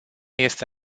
este